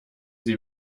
sie